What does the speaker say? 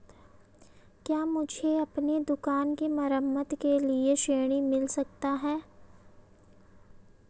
क्या मुझे अपनी दुकान की मरम्मत के लिए ऋण मिल सकता है?